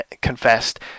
confessed